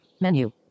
menu